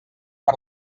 per